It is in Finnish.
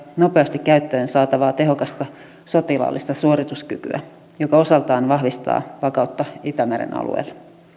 nopeasti käyttöön saatavaa tehokasta sotilaallista suorituskykyä joka osaltaan vahvistaa vakautta itämeren alueella